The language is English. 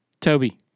Toby